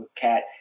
cat